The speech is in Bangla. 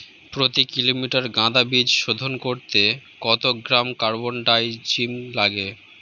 প্রতি কিলোগ্রাম গাঁদা বীজ শোধন করতে কত গ্রাম কারবানডাজিম লাগে?